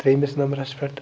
ترٛیٚیِمِس نمبرَس پٮ۪ٹھ